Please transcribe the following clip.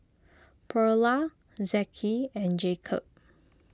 Pearla Zeke and Jakob